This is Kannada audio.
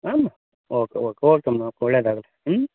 ಆಂ ಓಕೆ ಓಕೆ ಓಕೆಮ ಒಳ್ಳೆಯದಾಗ್ಲಿ ಹ್ಞೂ